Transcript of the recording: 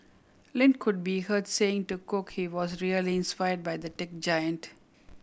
Lin could be heard saying to Cook he was really inspired by the tech giant